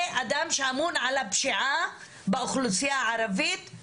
זה אדם שאמון על הפשיעה באוכלוסיה הערבית,